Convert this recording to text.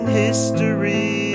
history